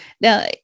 now